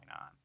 on